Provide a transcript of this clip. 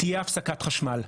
תהיה הפסקת חשמל?